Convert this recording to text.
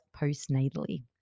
postnatally